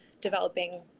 developing